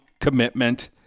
commitment